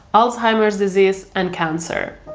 alzheimer's disease and cancer.